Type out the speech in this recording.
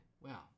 wow